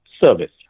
service